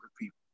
people